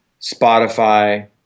Spotify